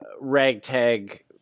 ragtag